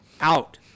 out